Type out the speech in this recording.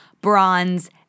Bronze